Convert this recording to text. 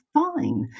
fine